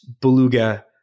Beluga